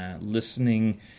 listening